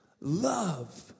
Love